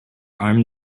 arm